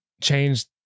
changed